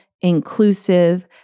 inclusive